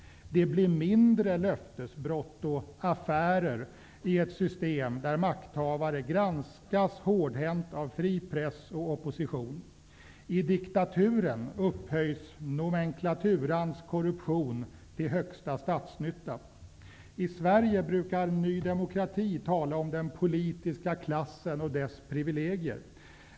Det blir mindre löftesbrott och ''affärer'' i ett system där makthavare granskas hårdhänt av fri press och opposition. I diktaturen upphöjs nomenklaturans korruption till högsta statsnytta. I Sverige brukar Ny demokrati tala om den politiska klassen och dess privilegier.